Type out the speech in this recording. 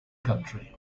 country